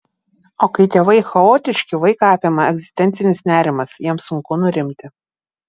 o kai tėvai chaotiški vaiką apima egzistencinis nerimas jam sunku nurimti